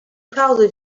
proud